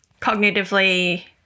cognitively